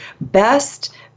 best